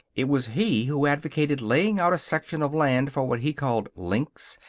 it was he who advocated laying out a section of land for what he called links,